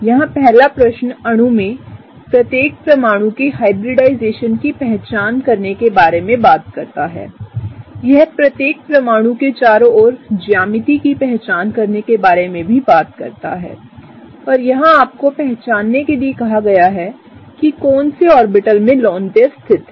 यहाँ पहला प्रश्न अणु में प्रत्येक परमाणु के हाइब्रिडाइजेशन की पहचान करने के बारे में बात करता है यह प्रत्येक परमाणु के चारों ओर ज्यामिति की पहचान करने के बारे में भी बात करता है और यहां आपको पहचानने के लिए कहां गया है कि कौन से ऑर्बिटल में लोन पेयर स्थित है